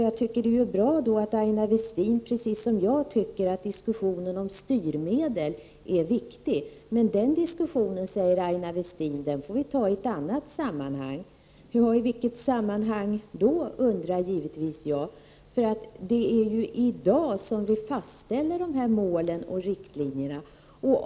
Jag tycker det är bra att Aina Westin, precis som jag, anser att diskussionen om styrmedel är viktig. Men den diskussionen, säger Aina Westin, får vi ta i ett annat sammanhang. Vilket sammanhang då? undrar jag givetvis. Det är ju i dag vi fastställer målen och riktlinjerna.